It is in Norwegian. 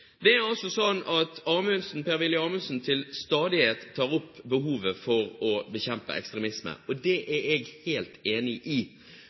Det er altså slik at Per-Willy Amundsen til stadighet tar opp behovet for å bekjempe ekstremisme. Det er jeg helt enig i.